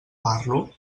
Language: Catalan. parlo